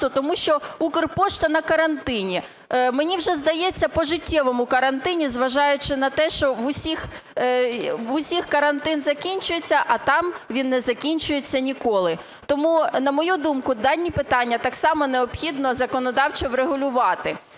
тому що Укрпошта на карантині. Мені вже здається, пожиттєвому карантині, зважаючи на те, що в усіх карантин закінчується, а там він не закінчується ніколи. Тому, на мою думку, дані питання так само необхідно законодавчо врегулювати,